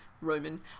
Roman